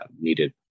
needed